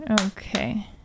Okay